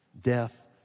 death